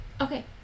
Okay